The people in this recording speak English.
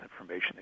information